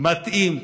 מתאים.